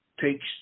takes